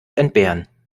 entbehren